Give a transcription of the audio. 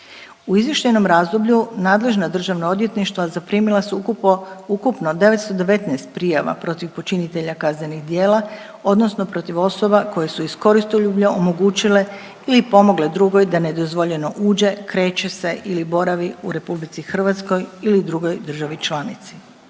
U izvještajnom razdoblju nadležna državna odvjetništva zaprimila su ukupno 919 prijava protiv počinitelja kaznenih djela odnosno protiv osoba koje su iz koristoljublja omogućile ili pomogle drugoj da nedozvoljeno uđe, kreće se ili boravi u RH ili drugoj državi članici.